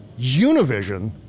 Univision